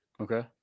Okay